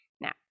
Now